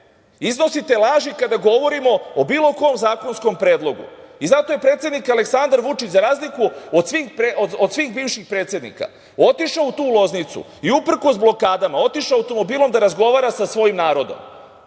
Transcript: iznosite laži kada govorimo o bilo kom zakonskom predlogu? Zato je predsednik Aleksandar Vučić za razliku od svih bivših predsednika otišao u tu Loznicu i uprkos svim blokadama, otišao automobilom da razgovara sa svojim narodom.